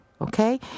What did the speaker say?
Okay